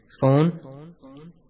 Phone